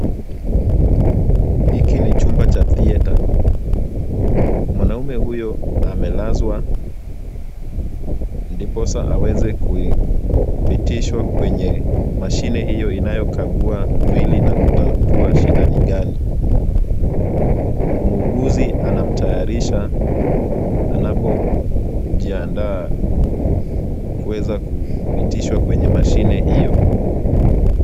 Hiki ni chumba cha theatre . Mwanaume huyo amelazwa ndiposa aweze kupitishwa kwenye mashine hiyo inayokagua mwili na kutatua shida ni gani. Muuguzi anamtayarisha anapojiandaa kuweza kupitishwa kwenye mashine hiyo.